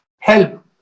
help